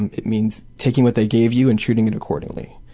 and it means taking what they gave you and treating it accordingly,